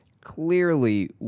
Clearly